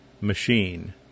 machine